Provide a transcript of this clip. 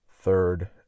third